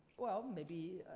well maybe